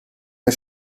der